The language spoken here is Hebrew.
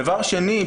דבר שני,